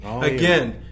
Again